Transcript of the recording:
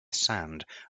sand